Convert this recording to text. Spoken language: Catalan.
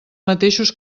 mateixos